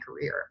career